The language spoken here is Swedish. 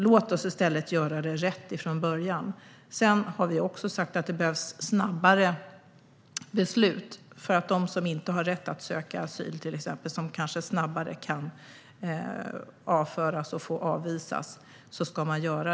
Låt oss i stället göra det rätt från början! Sedan har vi också sagt att det behövs snabbare beslut. Då kan de som inte har rätt att få asyl snabbare avvisas.